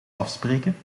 afspreken